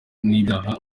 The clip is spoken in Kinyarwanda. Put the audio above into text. n’ibyaha